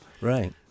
Right